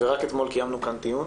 רק אתמול קיימנו כאן דיון